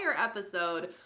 episode